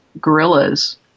gorillas